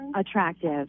attractive